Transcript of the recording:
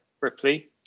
Ripley